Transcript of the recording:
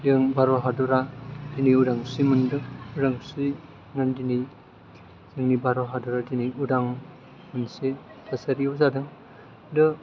जों भारत हादरा दिनै उदांस्रि मोनदों उदांस्रि मोननायनि गेजेरजों जोंनि भारत हदरा जोंनि उदां मोनसे थासारियाव जादों दा